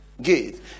gate